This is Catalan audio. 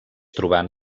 trobant